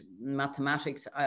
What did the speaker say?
mathematics